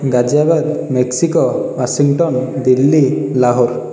Ghaziabad Mexico Washington Delhi Lahore